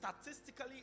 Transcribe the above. statistically